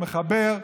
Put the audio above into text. מחבר,